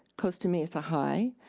costa mesa high,